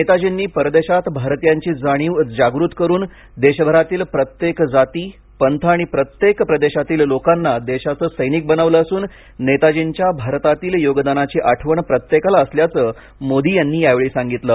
नेताजींनी परदेशात भारतीयांची जाणीव जाग़त करून देशभरातील प्रत्येक जाती पंथ आणि प्रत्येक प्रदेशातील लोकांना देशाचा सैनिक बनवले असून नेतार्जीच्या भारतातील योगदानाची आठवण प्रत्येकाला असल्याचं मोदी यांनी यावेळी सांगितलं